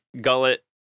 gullet